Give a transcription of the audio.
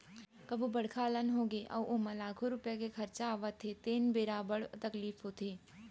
कभू बड़का अलहन होगे अउ ओमा लाखों रूपिया के खरचा आवत हे तेन बेरा बड़ तकलीफ होथे